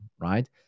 right